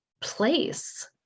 place